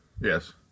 Yes